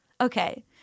Okay